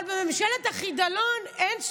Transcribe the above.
אבל בממשלת החידלון אין סוף,